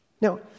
Now